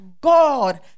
God